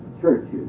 churches